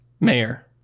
mayor